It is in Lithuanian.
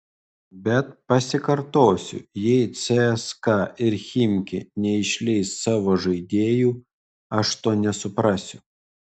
bet pasikartosiu jei cska ir chimki neišleis savo žaidėjų aš to nesuprasiu